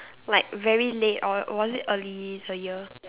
like very late or was it early in the year